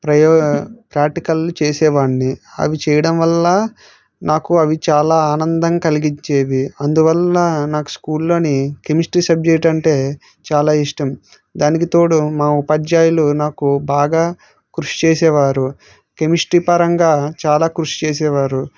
ప్రయోగ ప్రాక్టికల్లు చేసే వాడిని అవి చేయడం వల్ల నాకు అవి చాలా ఆనందం కలిగించేవి అందువల్ల నాకు స్కూల్లో కెమిస్ట్రీ సబ్జెక్ట్ అంటే చాలా ఇష్టం దానికి తోడు మా ఉపాధ్యాయులు నాకు బాగా కృషి చేసేవారు కెమిస్ట్రీ పరంగా చాలా కృషి చేసేవారు